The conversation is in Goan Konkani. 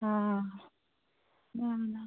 आं आं